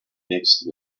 mixed